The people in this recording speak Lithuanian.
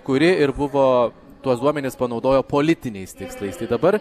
kuri ir buvo tuos duomenis panaudojo politiniais tikslais tai dabar